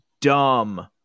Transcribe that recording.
dumb